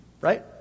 Right